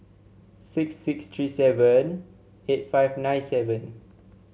six six three seven eight five nine seven